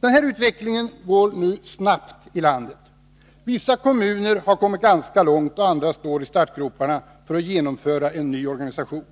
Denna utveckling går snabbt i landet. Vissa kommuner har kommit ganska långt, och andra står i startgroparna för att genomföra en ny organisation.